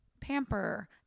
pamper